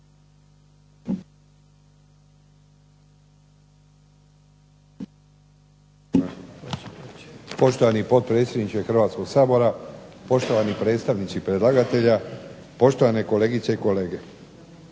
Poštovani potpredsjedniče Hrvatskog sabora, poštovani predstavnici predlagatelja, poštovane kolegice i kolege.